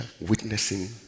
witnessing